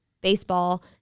baseball